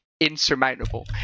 insurmountable